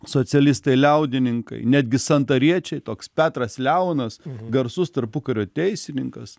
socialistai liaudininkai netgi santariečiai toks petras leonas garsus tarpukario teisininkas